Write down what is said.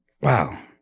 Wow